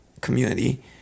community